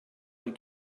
und